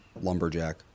lumberjack